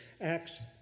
Acts